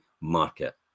market